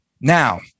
Now-